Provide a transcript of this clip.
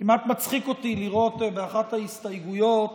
כמעט מצחיק אותי לראות באחת ההסתייגויות